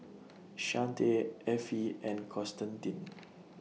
Shante Effie and Constantine